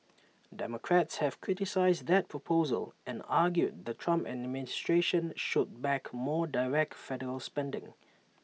democrats have criticised that proposal and argued the Trump administration should back more direct federal spending